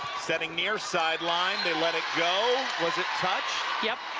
setting near sideline they let it go was it touched? yes.